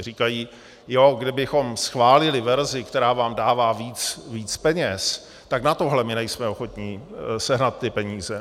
Říkají, kdybychom schválili verzi, která vám dává víc peněz, tak na tohle my nejsme ochotni sehnat ty peníze.